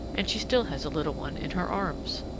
and she still has a little one in her arms.